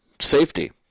Safety